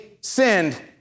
sinned